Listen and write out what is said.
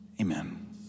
Amen